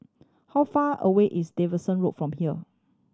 how far away is Davidson Road from here